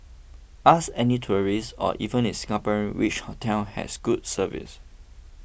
ask any tourist or even a Singaporean which hotel has good service